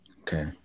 Okay